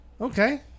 Okay